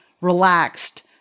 relaxed